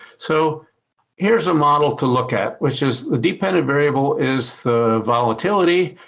so here's a model to look at, which is the dependent variable is the volatility.